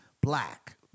black